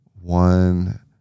one